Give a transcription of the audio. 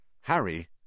Harry